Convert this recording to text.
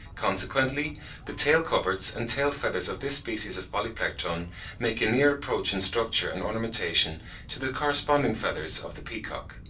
consequently the tail-coverts and tail-feathers of this species of polyplectron make a near approach in structure and ornamentation to the corresponding feathers of the peacock.